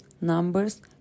numbers